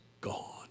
gone